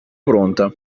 pronta